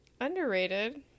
Underrated